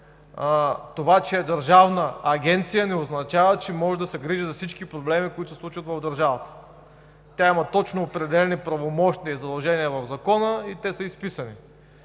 Това, че е държавна агенция, не означава, че може да се грижи за всички проблеми, които се случват в държавата. Тя има точно определени правомощия и задължения – те са изписани